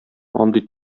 андый